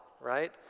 right